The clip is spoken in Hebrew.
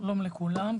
שלום לכולם.